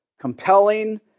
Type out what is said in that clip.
compelling